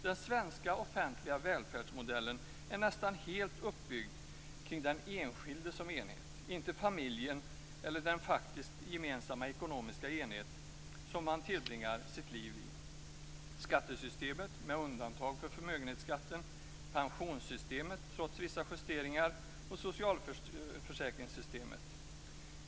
Den svenska offentliga välfärdsmodellen är nästan helt uppbyggd kring den enskilde som enhet, inte familjen eller den faktiska gemensamma ekonomiska enhet som man tillbringar sitt liv i, dvs. skattesystemet, med undantag för förmögenhetsskatten, pensionssystemet, trots viss justeringar, och socialförsäkringssystemet.